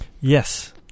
Yes